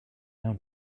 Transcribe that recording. down